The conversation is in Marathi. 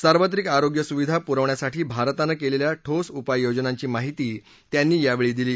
सार्वत्रिक आरोग्य सुविधा पुरवण्यासाठी भारतानं केलेल्या ठोस उपाययोजनांची माहिती त्यांनी यावेळी दिली